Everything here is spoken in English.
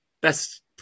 Best